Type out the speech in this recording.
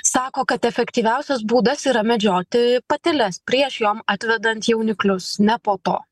sako kad efektyviausias būdas yra medžioti pateles prieš jom atvedant jauniklius ne po to